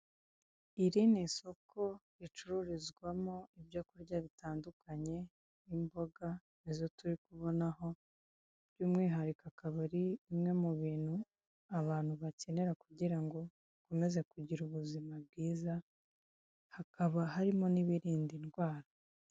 Iri ni isoko ricururizwamo ibyo kurya bitandukanye, nk'imboga niczo turi kubonaho by'umwihariko akaba ari bimwe mu bintu abantu bakenera kugira ngo bakomeze kugira ubuzima bwiza hakaba harimo n'ibirinda indwara.